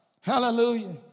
Hallelujah